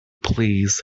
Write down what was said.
please